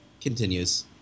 continues